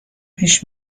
پیش